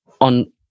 on